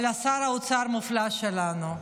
על שר האוצר המופלא שלנו,